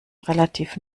relativ